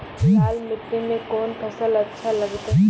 लाल मिट्टी मे कोंन फसल अच्छा लगते?